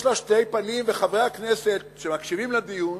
יש לו שתי פנים, וחברי הכנסת שמקשיבים לדיון,